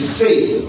faith